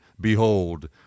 Behold